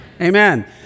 Amen